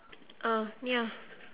uh ya